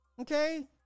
Okay